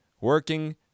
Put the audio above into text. working